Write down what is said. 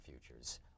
futures